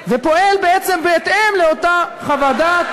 ופועל בעצם בהתאם לאותה חוות דעת